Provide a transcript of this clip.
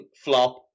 flop